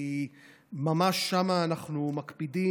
כי שם אנחנו ממש מקפידים.